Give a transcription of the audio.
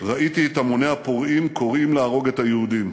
ראיתי את המוני הפורעים קוראים להרוג את היהודים,